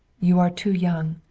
you are too young.